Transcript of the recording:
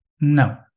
No